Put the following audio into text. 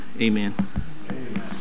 Amen